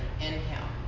Inhale